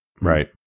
Right